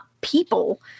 people